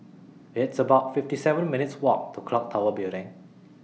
It's about fifty seven minutes' Walk to Clock Tower Building